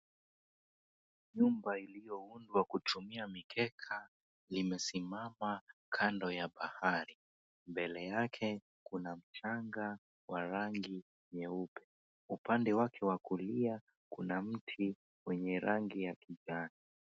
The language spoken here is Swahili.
Nyumba iliyoundwa kutumia mikeka imesimama kando ya bahari, mbele yake kuna mchanga wa rangi nyeupe upande wake wa kulia kuna mti wenye rangi ya kijani.